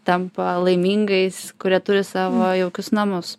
tampa laimingais kurie turi savo jaukius namus